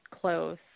close